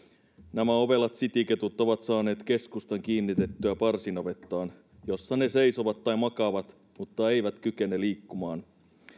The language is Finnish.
nämä ovelat cityketut ovat saaneet keskustan kiinnitettyä parsinavettaan jossa ne seisovat tai makaavat mutta eivät kykene liikkumaan